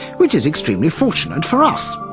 which is extremely fortunate for us,